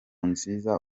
nziza